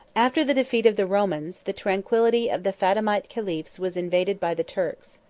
after the defeat of the romans, the tranquillity of the fatimite caliphs was invaded by the turks.